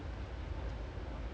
like ego is it or what